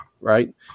right